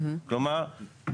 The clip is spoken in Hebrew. כלומר,